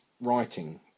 writing